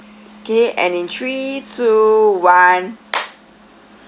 okay and in three two one